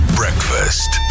breakfast